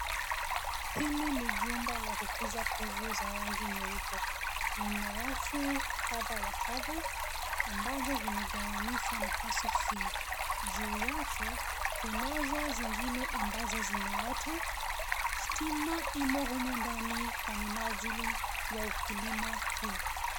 Hili ni jumba la kukuza kuvu za rangi nyeupe, lina rafu kadha wa kadha ambazo zimegawanisha nafasi hii. Juu yake kunazo zingine ambazo zinaota. Stima imo humu ndani kwa minajili ya ukulima huu.